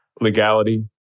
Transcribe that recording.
legality